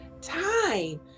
time